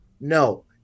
No